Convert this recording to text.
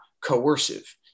coercive